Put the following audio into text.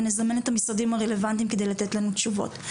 ונזמן את המשרדים הרלוונטיים כדי לתת לנו תשובות.